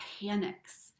panics